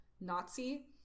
Nazi